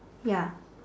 ya